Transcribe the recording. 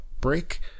break